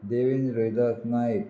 देवीन Rohidas Naik